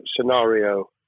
scenario